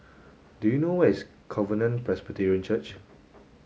do you know where is Covenant Presbyterian Church